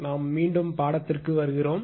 நாம் மீண்டும் பாடத்திற்கு வருகிறோம்